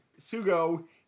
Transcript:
Sugo